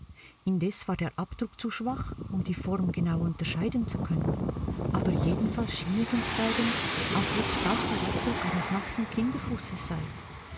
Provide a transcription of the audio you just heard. indes war der abdruck zu schwach um die form genau unterscheiden zu können aber jedenfalls schien es uns beiden als ob das der abdruck eines nackten kinderfußes sei